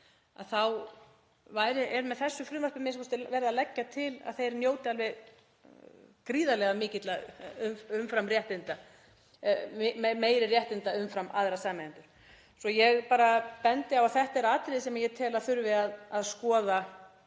þá er með þessu frumvarpi a.m.k. verið að leggja til að þeir njóti alveg gríðarlega mikilla umframréttinda, meiri réttinda en aðrir sameigendur. Ég bendi á að þetta er atriði sem ég tel að þurfi að skoða